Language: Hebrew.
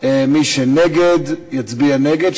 מי שנגד יצביע נגד,